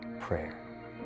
prayer